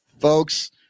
folks